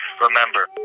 remember